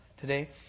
today